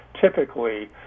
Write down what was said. typically